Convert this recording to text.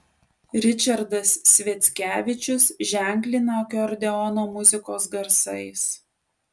ričardas sviackevičius ženklina akordeono muzikos garsais